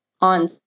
on